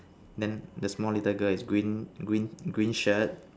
then the small little girl is green green green shirt